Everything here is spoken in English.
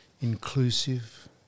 inclusive